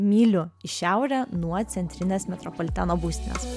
mylių į šiaurę nuo centrinės metropoliteno būstinės